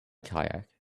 kayak